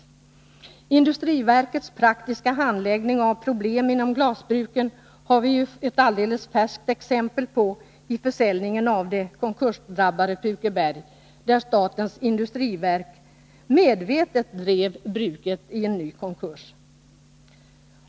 Industriverkets praktiska handläggning av problem inom glasbruken har vi ju ett alldeles färskt exempel på i försäljningen av det konkursdrabbade Pukeberg, där statens industriverk medvetet drev bruket till en ny konkurs.